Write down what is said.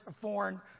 foreign